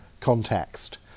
context